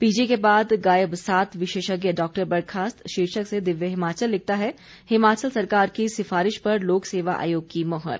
PG के बाद गायब सात विशेषज्ञ डॉक्टर बर्खास्त शीर्षक से दिव्य हिमाचल लिखता है हिमाचल सरकार की सिफारिश पर लोक सेवा आयोग की मोहर